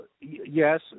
yes